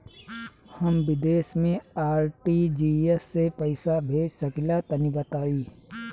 हम विदेस मे आर.टी.जी.एस से पईसा भेज सकिला तनि बताई?